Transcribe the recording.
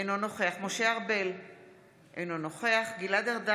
אינו נוכח משה ארבל, אינו נוכח גלעד ארדן,